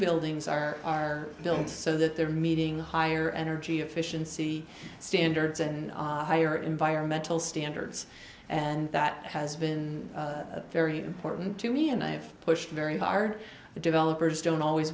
buildings are built so that they're meeting higher energy efficiency standards and higher environmental standards and that has been very important to me and i have pushed very hard developers don't always